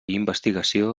investigació